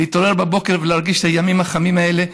להתעורר בבוקר ולהרגיש את הימים החמים האלה.